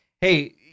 Hey